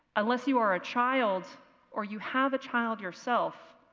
unless you are a child or you have a child yourself,